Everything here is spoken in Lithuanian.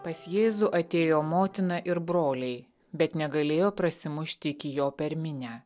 pas jėzų atėjo motina ir broliai bet negalėjo prasimušti iki jo per minią